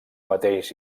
mateix